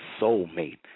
soulmate